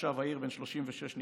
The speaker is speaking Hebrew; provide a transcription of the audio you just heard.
תושב העיר בן 36 נרצח.